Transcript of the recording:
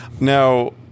Now